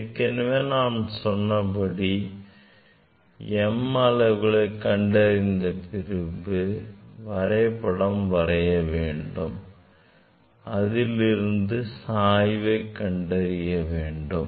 ஏற்கனவே நாம் சொன்னபடி அளவுகளைக் m கண்டறிந்த பிறகு வரைபடம் வரைய வேண்டும் அதிலிருந்து சாய்வை கண்டறிய வேண்டும்